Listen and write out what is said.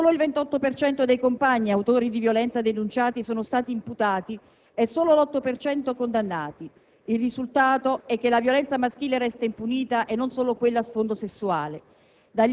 Solo il 28 per cento dei compagni autori di violenza denunciati sono stati imputati e solo l'8 per cento condannati: il risultato è che la violenza maschile resta impunita, e non solo quella a sfondo sessuale.